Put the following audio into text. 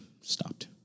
stopped